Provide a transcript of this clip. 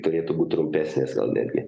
turėtų būt trumpesnės gal netgi